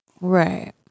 Right